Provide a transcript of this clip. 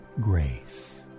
grace